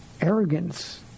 arrogance